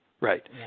Right